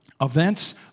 events